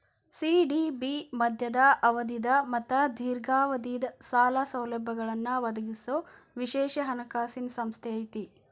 CDB ಮಧ್ಯಮ ಅವಧಿದ್ ಮತ್ತ ದೇರ್ಘಾವಧಿದ್ ಸಾಲ ಸೌಲಭ್ಯಗಳನ್ನ ಒದಗಿಸೊ ವಿಶೇಷ ಹಣಕಾಸಿನ್ ಸಂಸ್ಥೆ ಐತಿ